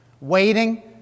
waiting